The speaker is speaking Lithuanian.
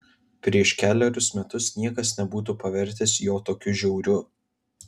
prieš kelerius metus niekas nebūtų pavertęs jo tokiu žiauriu